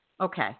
Okay